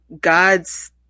god's